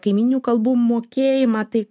kaimyninių kalbų mokėjimą tai